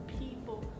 people